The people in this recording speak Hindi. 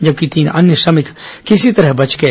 जबकि तीन अन्य श्रमिक किसी तरह बच गए